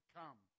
come